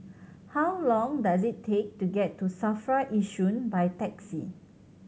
how long does it take to get to SAFRA Yishun by taxi